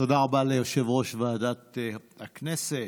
תודה רבה ליושב-ראש ועדת הכנסת.